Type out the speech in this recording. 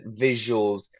visuals